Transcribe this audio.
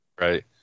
right